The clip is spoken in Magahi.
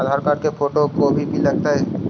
आधार कार्ड के फोटो भी लग तै?